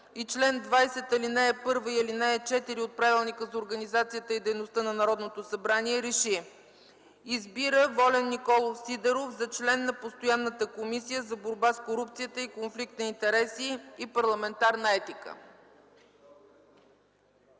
и чл. 20, ал. 1 и ал. 4 от Правилника за организацията и дейността на Народното събрание РЕШИ: Избира Волен Николов Сидеров за член на Постоянната комисия за борба с корупцията и конфликт на интереси и парламентарна етика.”